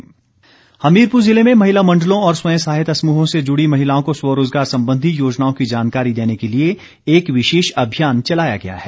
अभियान हमीरपुर जिले में महिला मंडलों और स्वयं सहायता समूहों से जुड़ी महिलाओं को स्वरोजगार संबंधी योजनाओं की जानकारी देने के लिए एक विशेष अभियान चलाया गया है